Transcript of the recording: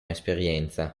esperienza